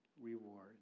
reward